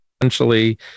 essentially